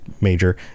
major